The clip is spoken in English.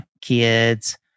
kids